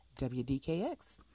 WDKX